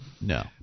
No